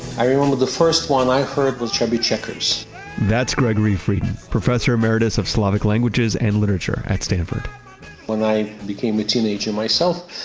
i remember the first one i heard was chubby checker's that's gregory freidin, professor emeritus of slavic languages and literature at stanford when i became a teenager myself,